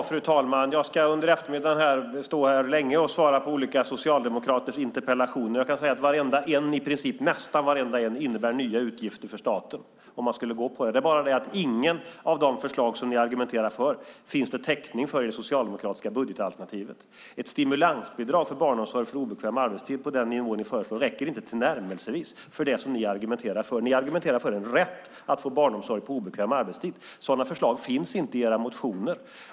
Fru talman! Under eftermiddagen kommer jag att länge stå här och svara på olika socialdemokraters interpellationer. Jag kan säga att i princip nästan varenda interpellation innebär nya utgifter för staten om man skulle följa det som föreslås. Det är bara det att det inte för något av de förslag som ni argumenterar för finns täckning i det socialdemokratiska budgetalternativet. Ett stimulansbidrag till barnomsorg på obekväm arbetstid på den nivå som ni föreslår räcker inte tillnärmelsevis till det som ni argumenterar för. Ni argumenterar för en rätt till barnomsorg på obekväm arbetstid. Men ett sådant förslag finns inte i era motioner.